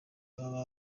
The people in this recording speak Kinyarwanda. baba